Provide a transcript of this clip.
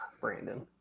Brandon